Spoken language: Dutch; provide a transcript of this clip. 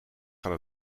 gaat